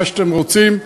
מה שאתם רוצים.